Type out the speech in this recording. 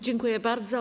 Dziękuję bardzo.